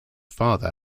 father